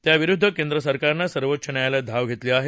त्याविरुद्ध केंद्रसरकारनं सर्वोच्च न्यायालयात धाव घेतली आहे